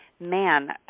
man